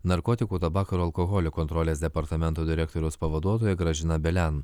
narkotikų tabako ir alkoholio kontrolės departamento direktoriaus pavaduotoja gražina belen